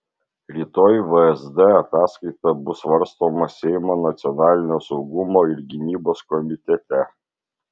rytoj vsd ataskaita bus svarstoma seimo nacionalinio saugumo ir gynybos komitete